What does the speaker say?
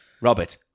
Robert